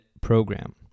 program